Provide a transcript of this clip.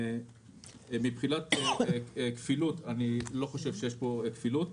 מבחינת כפילות אני חושב שאין כאן כפילות,